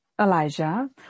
Elijah